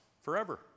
forever